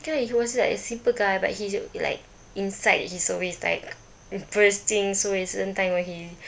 ya like he was like a simple guy but he just like inside he's always like bursting so at certain time when he